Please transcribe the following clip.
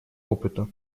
опыта